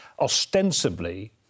ostensibly